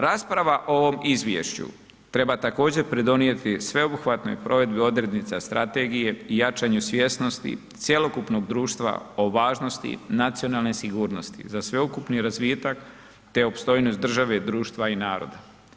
Rasprava o ovom izvješću treba također pridonijeti sveobuhvatnoj provedbi odrednica strategije i jačanju svjesnosti cjelokupnog društva o važnosti nacionalne sigurnosti za sveukupni razvitak, te opstojnost države, društva i naroda.